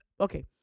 okay